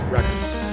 Records